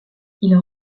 ils